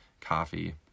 coffee